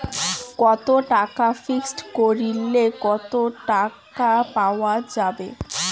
কত টাকা ফিক্সড করিলে কত টাকা পাওয়া যাবে?